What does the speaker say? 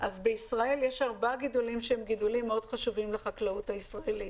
בישראל יש ארבעה גידולים שהם גידולים מאוד חשובים לחקלאות הישראלית,